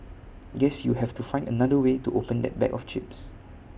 guess you have to find another way to open that bag of chips